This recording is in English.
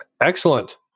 excellent